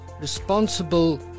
responsible